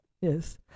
yes